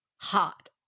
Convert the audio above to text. hot